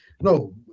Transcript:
no